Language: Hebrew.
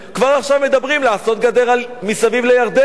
כבר עכשיו מדברים לעשות גדר מסביב לירדן,